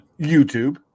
YouTube